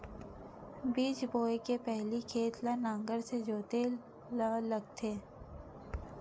बीज बोय के पहिली खेत ल नांगर से जोतेल लगथे?